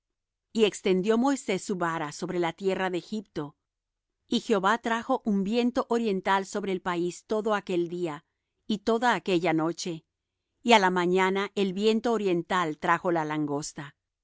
y extendió moisés su vara sobre la tierra de egipto y jehová trajo un viento oriental sobre el país todo aquel día y toda aquella noche y á la mañana el viento oriental trajo la langosta